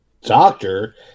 doctor